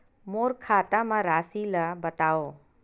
मोर खाता म राशि ल बताओ?